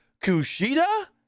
Kushida